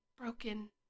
broken